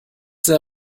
sehr